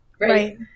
right